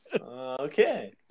Okay